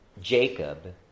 Jacob